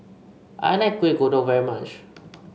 I like Kuih Kodok very much